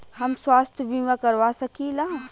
हम स्वास्थ्य बीमा करवा सकी ला?